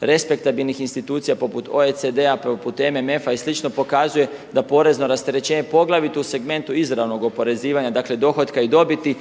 respektabilnih institucija poput OECD-a poput MMF-a i slično pokazuje da porezno rasterećenje poglavito u segmentu izravnog oporezivanja dakle dohotka i dobiti